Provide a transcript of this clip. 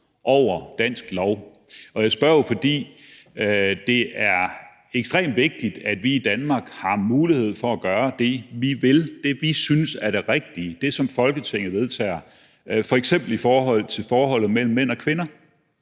over dansk lov. Jeg spørger jo, fordi det er ekstremt vigtigt, at vi i Danmark har mulighed for at gøre det, vi vil, det, vi synes er det rigtige, det, som Folketinget vedtager, f.eks. i forhold til forholdet mellem mænd og kvinder.